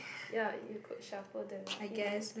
ya you could shuffle them even